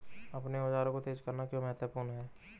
अपने औजारों को तेज करना क्यों महत्वपूर्ण है?